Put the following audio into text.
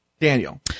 Daniel